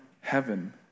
heaven